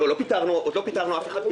עוד לא פיטרנו אף אחד.